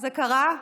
זה קרה,